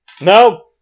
No